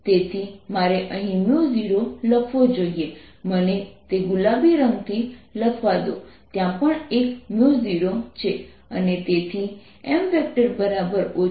તેથી મારે અહીં 0 લખવો જોઈએ મને તે ગુલાબી રંગથી લખવા દો ત્યાં પણ એક 0છે